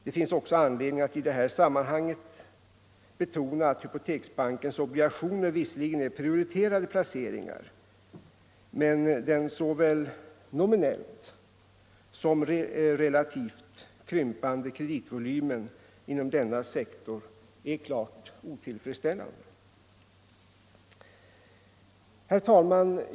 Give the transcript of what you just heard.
Det finns också anledning att i det här sammanhanget betona att hypoteksbankens obligationer visserligen är prioriterade placeringar, men att den såväl nominellt som relativt krympande kreditvolymen inom denna sektor är klart otillfredsställande. Herr talman!